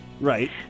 Right